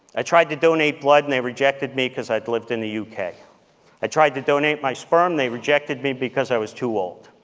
i tried to donate blood, and they rejected me because i'd lived in the yeah uk. i tried to donate my sperm they rejected me because i was too old.